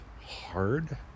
hard